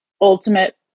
ultimate